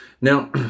Now